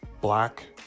Black